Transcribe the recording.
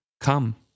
Come